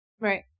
Right